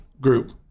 group